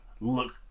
Look